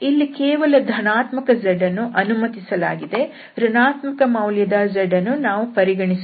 ಇಲ್ಲಿ ಕೇವಲ ಧನಾತ್ಮಕ z ಅನ್ನು ಅನುಮತಿಸಲಾಗಿದೆ ಋಣಾತ್ಮಕ ಮೌಲ್ಯದ z ಗಳನ್ನು ನಾವು ಪರಿಗಣಿಸುವುದಿಲ್ಲ